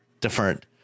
different